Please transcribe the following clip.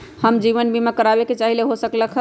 हम जीवन बीमा कारवाबे के चाहईले, हो सकलक ह?